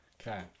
Okay